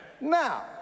Now